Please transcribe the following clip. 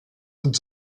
und